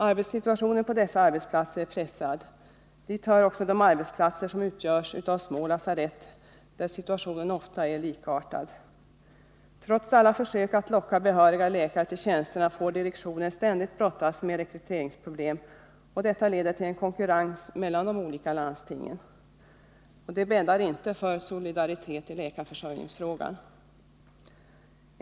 Arbetssituationen på dessa arbetsplatser är pressad. Detsamma gäller också de arbetsplatser som utgörs av små lasarett, där situationen ofta är likartad. Trots alla försök att locka behöriga läkare till tjänsterna får direktionerna ständigt brottas med rekryteringsproblem, och detta leder till en konkurrens mellan de olika landstingen. Det bäddar inte för solidaritet i läkarförsörjningsfrågan.